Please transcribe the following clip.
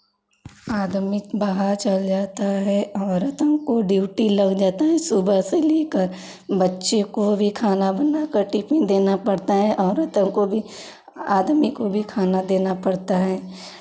आदमी बाहर चल जाता है औरतों को ड्यूटी लग जाती है सुबह से ले कर बच्चे को भी खाना बना कर टिफिन देना पड़ता है औरतों को भी आदमी को भी खाना देना पड़ता है